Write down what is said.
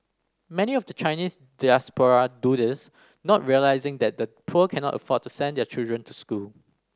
many of the Chinese diaspora do this not realising that the poor cannot afford to send their children to school